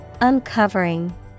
Uncovering